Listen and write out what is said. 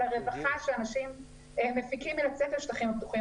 של הרווחה שאנשים מפיקים מיציאה אל השטחים הפתוחים.